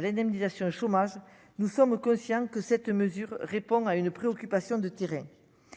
l'indemnisation chômage, nous sommes au quotient que cette mesure répond à une préoccupation de tirer